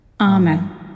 Amen